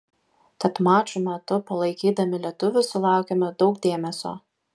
tad mačų metu palaikydami lietuvius sulaukėme daug dėmesio